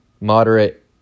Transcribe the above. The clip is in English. moderate